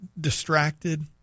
distracted